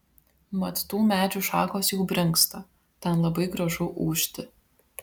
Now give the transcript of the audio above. mat tų medžių šakos jau brinksta ten labai gražu ūžti